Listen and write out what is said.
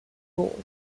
role